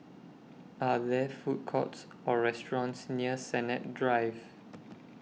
Are There Food Courts Or restaurants near Sennett Drive